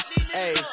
hey